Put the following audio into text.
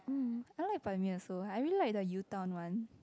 mm I like Ban-Mian also I really like the U town one